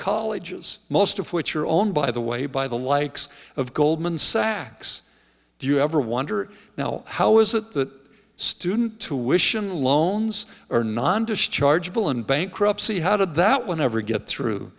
colleges most of which are owned by the way by the likes of goldman sachs do you ever wonder now how is that student to wish in loans or non dischargeable in bankruptcy how did that one ever get through